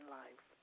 life